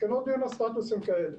מסקנות דיון הסטטוס ן כאלה: